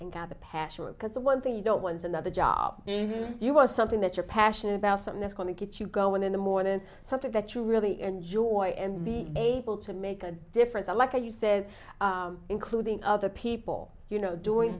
at the passion because the one thing you don't want another job you want something that you're passionate about something that's going to get you go in the morning something that you really enjoy and be able to make a difference and like you said including other people you know doing